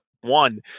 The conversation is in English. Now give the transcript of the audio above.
one